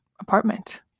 apartment